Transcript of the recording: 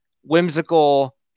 whimsical